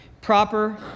proper